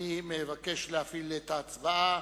אני מבקש להפעיל את ההצבעה.